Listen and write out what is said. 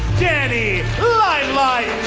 danny limelight